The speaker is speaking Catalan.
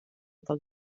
del